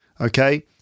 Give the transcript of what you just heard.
Okay